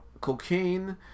cocaine